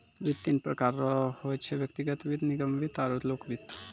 वित्त तीन प्रकार रो होय छै व्यक्तिगत वित्त निगम वित्त आरु लोक वित्त